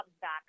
back